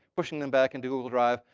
pushing them back into google drive.